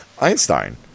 Einstein